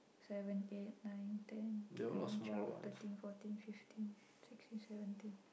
seven eight nine ten eleven twelve thirteen fourteen fifteen sixteen seventeen